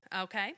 okay